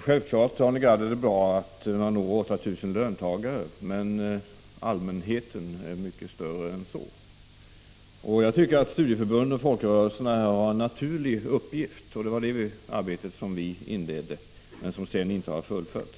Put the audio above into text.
Fru talman! Självfallet är det bra att man når 8 000 löntagare, men allmänheten är mycket större än så, Arne Gadd. Jag tycker att studieförbunden och folkrörelserna här har en naturlig uppgift. Det var det arbetet som vi inledde och som sedan inte har fullföljts.